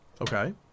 Okay